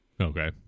okay